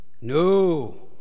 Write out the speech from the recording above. No